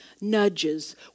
nudges